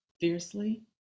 fiercely